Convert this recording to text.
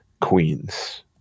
Queens